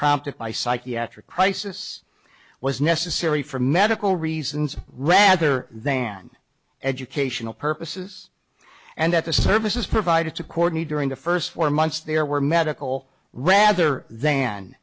prompted by psychiatric crisis was necessary for medical reasons rather than educational purposes and that the services provided to courtney during the first four months there were medical rather than